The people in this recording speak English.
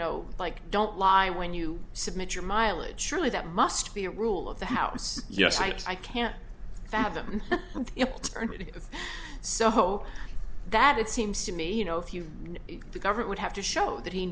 know like don't lie when you submit your mileage surely that must be a rule of the house yes i can't fathom it so that it seems to me you know if you the government would have to show that he